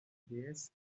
déesse